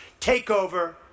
takeover